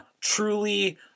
truly